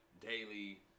daily